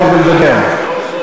עוד דקה.